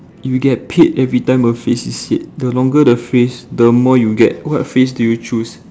if you get paid every time a phrase is said the longer the phrase the more you get what phrase do you choose